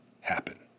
happen